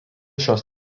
šios